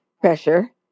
pressure